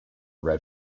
red